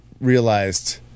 realized